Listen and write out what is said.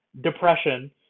depression